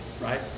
right